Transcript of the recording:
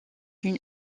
d’une